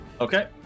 okay